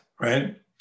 right